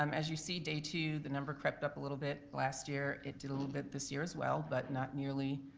um as you see day two the number crept up a little bit last year, it did a little bit this year as well but not nearly